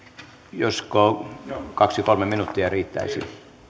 josko kaksi viiva kolme minuuttia riittäisi